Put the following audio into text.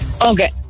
Okay